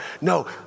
No